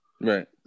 Right